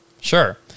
Sure